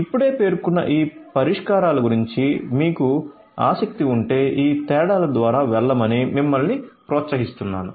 ఇప్పుడే పేర్కొన్న ఈ పరిష్కారాల గురించి మీకు ఆసక్తి ఉంటే ఈ తేడాల ద్వారా వెళ్ళమని మిమ్మల్ని ప్రోత్స్యహిస్తున్నాను